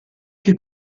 che